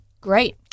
Great